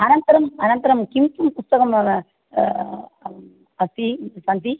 अनन्तरम् अनन्तरं किं किं पुस्तकं अस्ति सन्ति